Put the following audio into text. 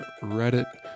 Reddit